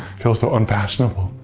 feel so unfashionable.